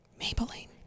Maybelline